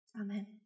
Amen